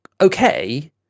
okay